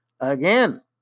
again